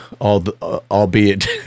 albeit